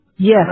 Yes